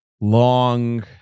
long